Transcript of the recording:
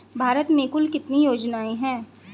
भारत में कुल कितनी योजनाएं हैं?